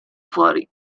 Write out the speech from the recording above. fuori